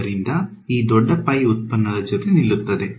ಆದ್ದರಿಂದ ಈ ದೊಡ್ಡ ಪೈ ಉತ್ಪನ್ನದ ಜೊತೆ ನಿಲ್ಲುತ್ತದೆ